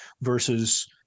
versus